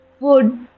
food